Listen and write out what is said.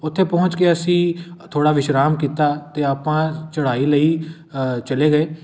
ਉਥੇ ਪਹੁੰਚ ਕੇ ਅਸੀਂ ਥੋੜ੍ਹਾ ਵਿਸ਼ਰਾਮ ਕੀਤਾ ਅਤੇ ਆਪਾਂ ਚੜ੍ਹਾਈ ਲਈ ਚਲੇ ਗਏ